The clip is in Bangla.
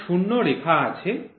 আপনার শূন্য রেখা আছে